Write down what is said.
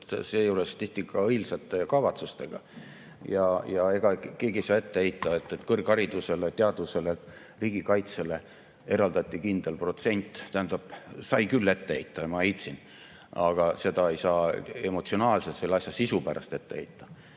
seejuures tihti ka õilsate kavatsustega. Ja ega keegi ei saa ette heita, et kõrgharidusele, teadusele, riigikaitsele eraldati kindel protsent. Tähendab, sai küll ette heita ja ma heitsin, aga seda ei saa emotsionaalselt selle asja sisu pärast ette heita.